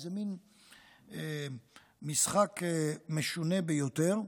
איזה מין משחק משונה ביותר.